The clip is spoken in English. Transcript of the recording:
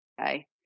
okay